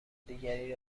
دیگری